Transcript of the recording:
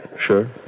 sure